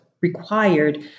required